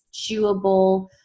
Chewable